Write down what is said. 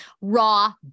Raw